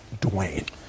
Dwayne